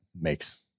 makes